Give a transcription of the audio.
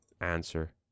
answer